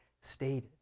stated